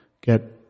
get